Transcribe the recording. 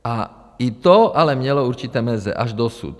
A i to ale mělo určité meze až dosud.